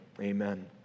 amen